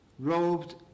robed